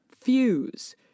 fuse